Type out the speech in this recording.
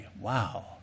wow